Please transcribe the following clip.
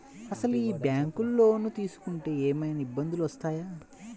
అసలు ఈ బ్యాంక్లో లోన్ తీసుకుంటే ఏమయినా ఇబ్బందులు వస్తాయా?